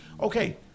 okay